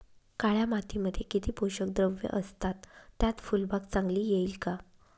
काळ्या मातीमध्ये किती पोषक द्रव्ये असतात, त्यात फुलबाग चांगली येईल का?